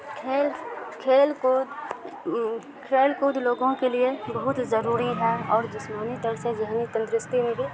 کھیل کھیل کود کھیل کود لوگوں کے لیے بہت ضروری ہے اور جسمانی طور سے ذہنی تندرستی میں بھی